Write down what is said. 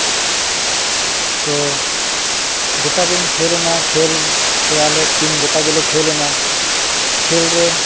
ᱛᱚ ᱜᱚᱴᱟ ᱜᱮ ᱤᱧ ᱠᱷᱮᱹᱞ ᱮᱱᱟ ᱠᱷᱮᱹᱞ ᱥᱮ ᱟᱞᱮ ᱴᱤᱢ ᱜᱚᱴᱟ ᱜᱮᱞᱮ ᱠᱷᱮᱹᱞ ᱮᱱᱟ ᱠᱷᱮᱹᱞ ᱨᱮ